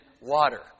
water